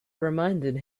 reminded